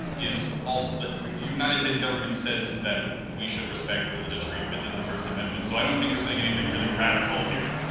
um the united states government says that we should respect religious freedom. it's in the first amendment. so i don't think we're saying anything really raid cal here.